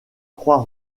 croix